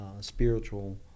spiritual